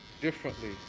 Differently